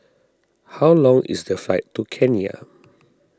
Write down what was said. how long is the flight to Kenya